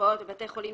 במרפאות ובבתי חולים,